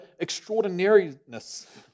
extraordinariness